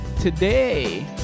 today